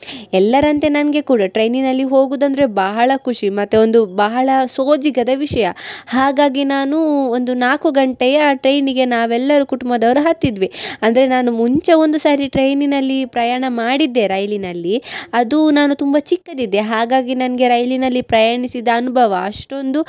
ಎಲ್ಲರಂತೆ ನನಗೆ ಕೂಡ ಟ್ರೈನಿನಲ್ಲಿ ಹೋಗುದಂದರೆ ಬಹಳ ಖುಷಿ ಮತ್ತು ಒಂದು ಬಹಳ ಸೋಜಿಗದ ವಿಷಯ ಹಾಗಾಗಿ ನಾನೂ ಒಂದು ನಾಲ್ಕು ಗಂಟೆಯ ಟ್ರೈನಿಗೆ ನಾವೆಲ್ಲರು ಕುಟುಂಬದವರು ಹತ್ತಿದ್ವಿ ಅಂದರೆ ನಾನು ಮುಂಚೆ ಒಂದು ಸಾರಿ ಟ್ರೈನಿನಲ್ಲಿ ಪ್ರಯಾಣ ಮಾಡಿದ್ದೆ ರೈಲಿನಲ್ಲಿ ಅದು ನಾನು ತುಂಬ ಚಿಕ್ಕದಿದ್ದೆ ಹಾಗಾಗಿ ನನಗೆ ರೈಲಿನಲ್ಲಿ ಪ್ರಯಾಣಿಸಿದ ಅನುಭವ ಅಷ್ಟೊಂದು